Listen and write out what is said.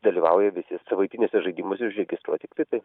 dalyvauja visi savaitiniuose žaidimuose užregistruoti kvitai